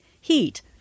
heat